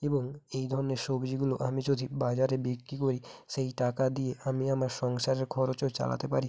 এবং এই ধরনের সবজিগুলো আমি যদি বাজারে বিক্রি করি সেই টাকা দিয়ে আমি আমার সংসারের খরচও চালাতে পারি